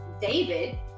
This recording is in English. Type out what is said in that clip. David